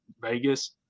Vegas